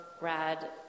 rad